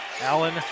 Allen